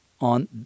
on